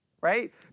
Right